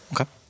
Okay